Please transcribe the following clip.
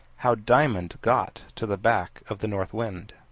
how diamond got to the back of the north wind